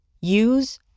use